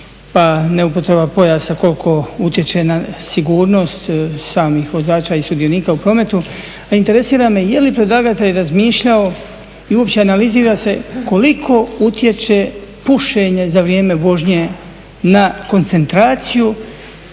pa neupotreba pojasa koliko utječe na sigurnost samih vozača i sudionika u prometu. No, interesira me je li predlagatelj razmišljao i uopće analizira li se koliko utječe pušenje za vrijeme vožnje na koncentraciju